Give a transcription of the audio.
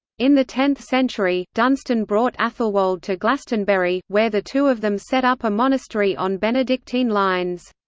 in the tenth century, dunstan brought athelwold to glastonbury, where the two of them set up a monastery on benedictine lines.